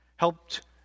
helped